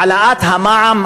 העלאת המע"מ,